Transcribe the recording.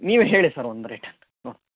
ನೀವೇ ಹೇಳಿ ಸರ್ ಒಂದು ರೇಟ್ ಹ್ಞೂ